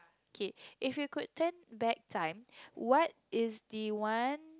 K if you could turn back time what is the one